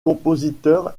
compositeur